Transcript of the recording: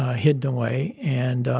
ah hidden away and,